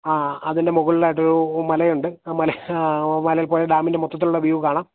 ആ അതിൻ്റെ മുകളിലായിട്ടൊരു മലയുണ്ട് ആ മലയിൽപ്പോയാല് ഡാമിൻ്റെ മൊത്തത്തിലുള്ള വ്യൂ കാണാം